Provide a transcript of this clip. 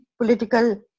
political